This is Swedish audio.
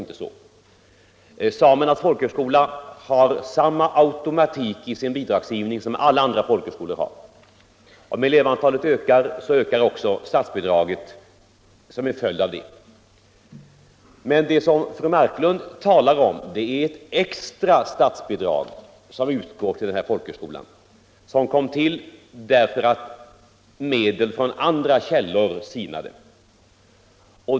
För Samernas folkhögskola gäller samma automatik i fråga om bidragsgivningen som alla andra folkhögskolor. Om elevantalet ökar så ökar också statsbidraget. Det som fru Marklund avser är det extra statsbidrag som utgår till Samernas folkhögskola och som kom till därför att medel från andra källor sinade.